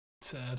Sad